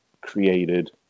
created